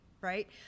right